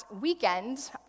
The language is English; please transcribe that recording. weekend